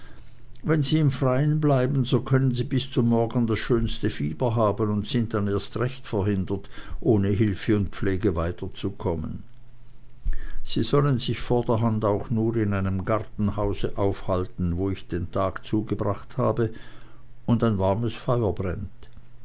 wenn sie im freien bleiben so können sie bis zum morgen das schönste fieber haben und sind dann erst recht verhindert ohne hilfe und pflege weiterzukommen sie sollen sich vorderhand auch nur in einem gartenhause aufhalten wo ich den tag zugebracht habe und ein warmes feuer brennt